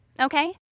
okay